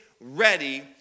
ready